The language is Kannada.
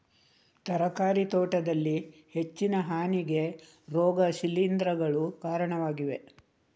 ತರಕಾರಿ ತೋಟದಲ್ಲಿ ಹೆಚ್ಚಿನ ಹಾನಿಗೆ ರೋಗ ಶಿಲೀಂಧ್ರಗಳು ಕಾರಣವಾಗಿವೆ